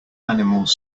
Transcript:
animals